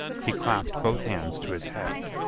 he clapped both hands to his head.